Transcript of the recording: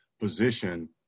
position